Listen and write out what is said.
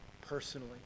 personally